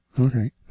Okay